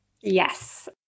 Yes